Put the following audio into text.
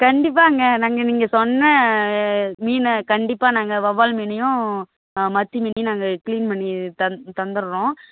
கண்டிப்பாங்க நாங்கள் நீங்கள் சொன்ன மீனை கண்டிப்பாக நாங்கள் வவ்வால் மீனையும் மத்தி மீனையும் நாங்கள் கிளீன் பண்ணி தந்துடுறோம் ஆ